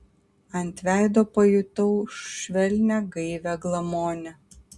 ant veido pajutau švelnią gaivią glamonę